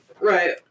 Right